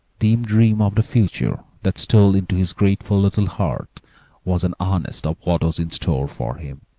dim dream of the future that stole into his grateful little heart was an earnest of what was in store for him.